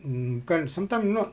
mm kan sometimes not